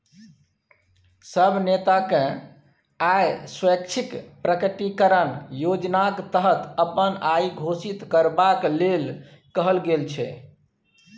सब नेताकेँ आय स्वैच्छिक प्रकटीकरण योजनाक तहत अपन आइ घोषित करबाक लेल कहल गेल छै